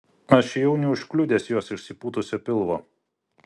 aš įėjau neužkliudęs jos išsipūtusio pilvo